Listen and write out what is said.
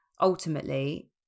ultimately